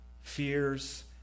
fears